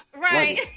right